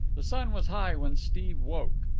the sun was high when steve woke.